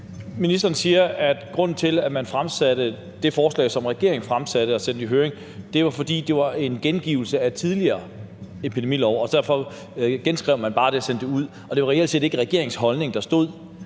Ministeren siger, at grunden til, at regeringen fremsatte det forslag, som man fremsatte og sendte i høring, var, at det var en gengivelse af en tidligere epidemilov, og at man derfor bare genskrev det og sendte det ud, og at det reelt set ikke var regeringens holdning, der stod